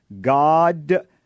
God